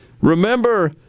Remember